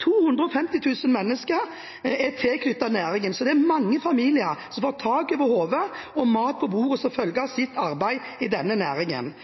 250 000 mennesker er tilknyttet næringen, så det er mange familier som får tak over hodet og mat på bordet som følge av sitt arbeid i denne næringen.